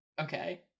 Okay